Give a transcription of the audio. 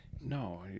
No